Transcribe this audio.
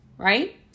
Right